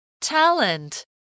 talent